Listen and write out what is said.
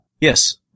Yes